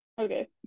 Okay